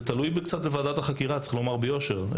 זה תלוי קצת בוועדת החקירה, צריך לומר ביושר.